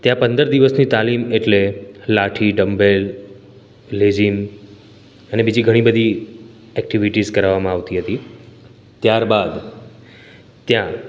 ત્યાં પંદર દિવસની તાલીમ એટલે લાઠી ડંબેલ લેઝિન અને બીજી ઘણી બધી એક્ટિવિટીસ કરાવવામાં આવતી હતી ત્યારબાદ ત્યાં